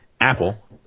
Apple